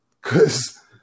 Cause